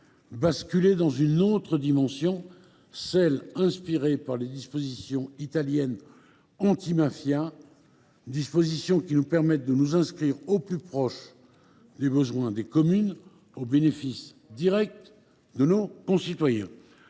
basculé dans une autre dimension, inspirée par les dispositions italiennes antimafia, qui nous permet de nous inscrire au plus proche des besoins des communes, au bénéfice direct de nos concitoyens.